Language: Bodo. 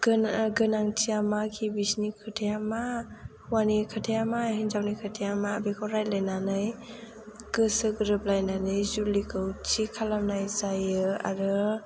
गोनांथिया मा बिसोरनि खोथाया मा हौवानि खोथाया मा हिनजावनि खोथाया मा बेखौ रायलायनानै गोसो गोरोबलायनानै जुलिखौ थि खालामनाय जायो आरो